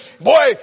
boy